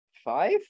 five